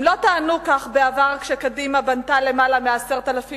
הם לא טענו כך בעבר כשקדימה בנתה למעלה מ-10,000